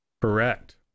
Correct